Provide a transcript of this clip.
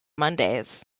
mondays